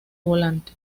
volante